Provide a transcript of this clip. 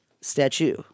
Statue